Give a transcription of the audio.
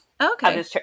Okay